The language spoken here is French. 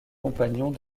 compagnons